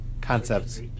concepts